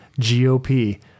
GOP